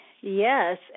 Yes